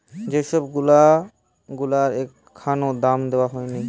যে সব লোন গুলার এখনো দাম দেওয়া হয়নি